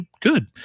good